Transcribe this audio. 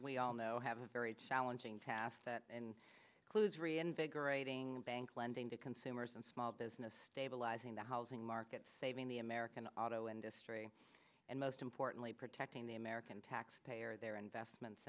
we all know have a very challenging task that in clues reinvigorating bank lending to consumers and small business stabilizing the housing market saving the american auto industry and most importantly protecting the american taxpayer their investments